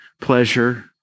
pleasure